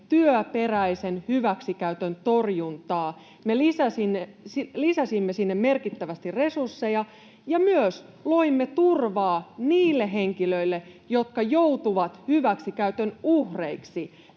työperäisen hyväksikäytön torjuntaa. Me lisäsimme sinne merkittävästi resursseja ja myös loimme turvaa niille henkilöille, jotka joutuvat hyväksikäytön uhreiksi.